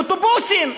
אוטובוסים,